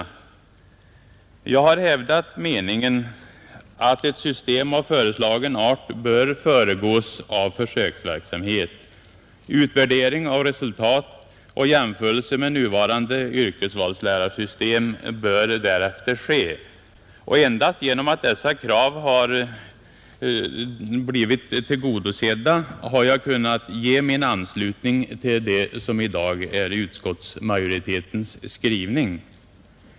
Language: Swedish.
Jag har hävdat meningen att ett system av föreslagen art bör föregås av försöksverksamhet. Utvärdering av resultat och jämförelse med nuvarande yrkesvalslärarsystem bör därefter ske. Endast genom att dessa krav har blivit tillgodosedda har jag kunnat ge min anslutning till det som i dag är utskottsmajoritetens skrivning.